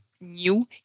new